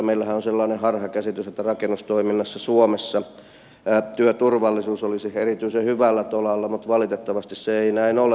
meillähän on sellainen harhakäsitys että rakennustoiminnassa suomessa työturvallisuus olisi erityisen hyvällä tolalla mutta valitettavasti se ei näin ole